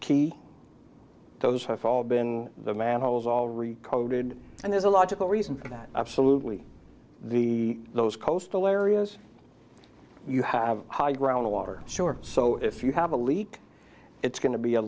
key those have all been the manholes already coded and there's a logical reason for that absolutely the those coastal areas you have high ground water shore so if you have a leak it's going to be a